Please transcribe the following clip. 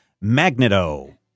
Magneto